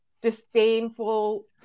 disdainful